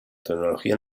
tecnología